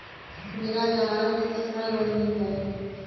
बिना जमानत के केतना लोन मिल जाइ?